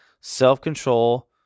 self-control